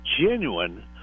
genuine